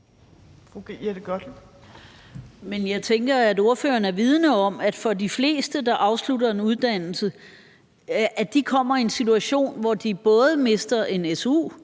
jeg tænker, at ordføreren er vidende om, at de fleste, der afslutter en uddannelse, kommer i en situation, hvor de både mister en su,